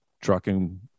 trucking